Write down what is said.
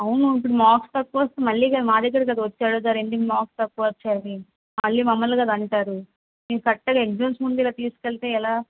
అవును ఇప్పుడు మార్క్స్ తక్కువ వస్తే మళ్ళీ మా దగ్గర కదా వచ్చి అడుగుతారు ఏంటి మార్క్స్ తక్కువ వచ్చాయని మళ్ళీ మమ్మల్ని కదా అంటారు మీరు కరెక్ట్గా ఎగ్జామ్స్ ముందు ఇలా తీసుకు వెళ్తే ఎలా